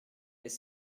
des